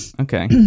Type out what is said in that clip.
Okay